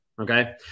Okay